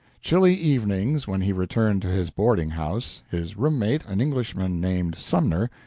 chilly evenings, when he returned to his boarding-house, his room-mate, an englishman named sumner,